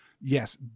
yes